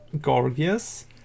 Gorgias